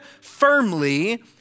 firmly